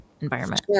environment